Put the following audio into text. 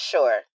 Sure